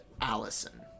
Allison